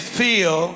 feel